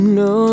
no